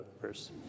verse